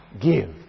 give